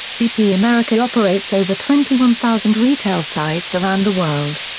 bp america operates over twenty one thousand retail sites around the world